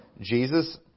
Jesus